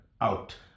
out